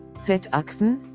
Z-Achsen